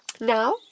Now